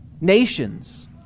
Nations